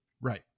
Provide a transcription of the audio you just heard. right